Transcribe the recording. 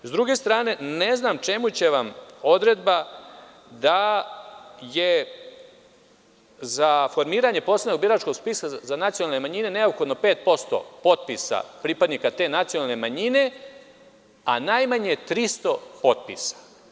S druge strane, ne znam čemu će vam odredba da je za formiranje posebnog biračkog spiska za nacionalne manjine neophodno 5% potpisa pripadnika te nacionalne manjine, a najmanje 300 potpisa.